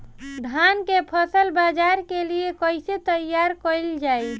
धान के फसल बाजार के लिए कईसे तैयार कइल जाए?